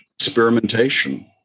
Experimentation